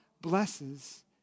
blesses